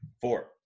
four